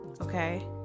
okay